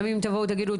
גם אם תבואו תגידו,